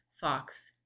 Fox